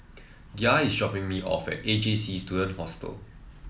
Gia is dropping me off at A J C Student Hostel